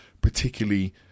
particularly